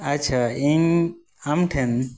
ᱟᱪᱷᱟ ᱤᱧ ᱟᱢᱴᱷᱮᱱ